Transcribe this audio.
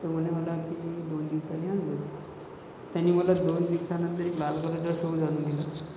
तो म्हणे मला की तुला दोन दिवसानी आणून देतो त्यानी मला दोन दिवसानंतर एक लाल कलरचा शूज आणून दिला